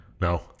No